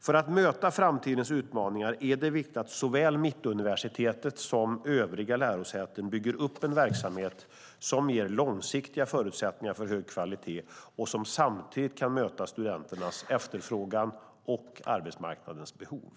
För att möta framtidens utmaningar är det viktigt att såväl Mittuniversitetet som övriga lärosäten bygger upp en verksamhet som ger långsiktiga förutsättningar för hög kvalitet och som samtidigt kan möta studenternas efterfrågan och arbetsmarknadens behov.